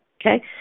Okay